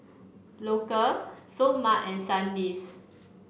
Loacker Seoul Mart and Sandisk